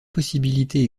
possibilités